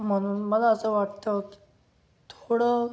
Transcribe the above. म्हणून मला असं वाटतं थोडं